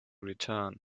return